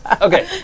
Okay